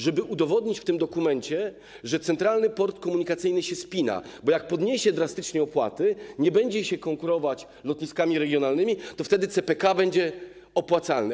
Żeby udowodnić w tym dokumencie, że Centralny Port Komunikacyjny się spina, bo jak się podniesie drastycznie opłaty, nie będzie się konkurować z lotniskami regionalnymi, to wtedy CPK będzie opłacalny.